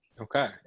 Okay